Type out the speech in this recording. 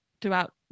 throughout